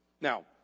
now